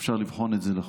אפשר לבחון את זה לחוד.